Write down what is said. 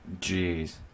Jeez